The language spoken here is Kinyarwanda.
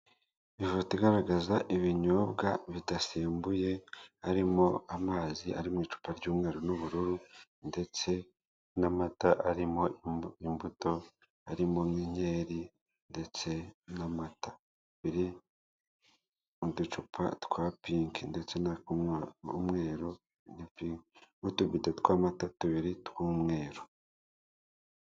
Ifoto igaragaza ibinyobwa bidasembuye harimo amazi ari mu icupa ry'umweru n'ubururu ndetse n'amata arimo imbuto, arimo nk'inkeri ndetse n'amata biri mu ducupa twa pinki ndetse n'akumweru n'utubido tw'amata tubiri tw'umweru.